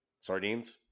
Sardines